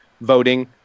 voting